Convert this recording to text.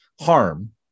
harm